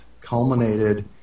culminated